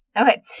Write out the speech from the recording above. Okay